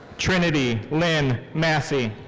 trinity lynn massey.